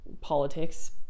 politics